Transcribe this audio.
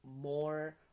more